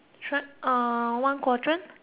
one quadrant one quadrant